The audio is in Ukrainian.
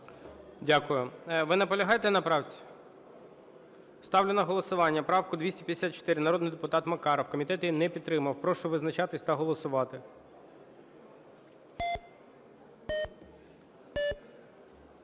Дякую. Ви наполягаєте на правці? Ставлю на голосування правку 254, народний депутат Макаров. Комітет її не підтримав. Прошу визначатись та голосувати.